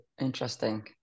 interesting